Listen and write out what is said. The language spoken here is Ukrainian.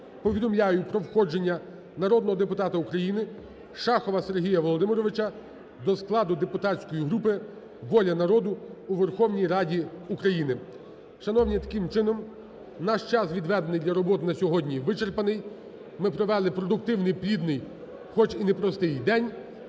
повідомляю про входження народного депутата України Шахова Сергія Володимировича до складу депутатської групи "Воля народу" у Верховній Раді України. Шановні, таким чином наш час, відведений для роботи, на сьогодні вичерпаний. Ми провели продуктивний, плідний, хоч і не простий день.